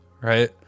Right